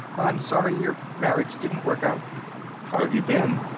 i'm sorry your marriage didn't work out. how have you been?